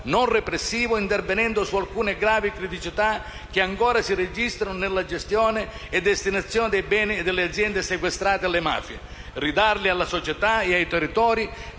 non repressivo, intervenendo su alcune gravi criticità che ancora si registrano nella gestione e nella destinazione dei beni e delle aziende sequestrate alle mafie. Ridarli alla società e ai territori,